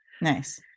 nice